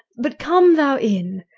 but come thou in,